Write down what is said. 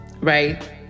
Right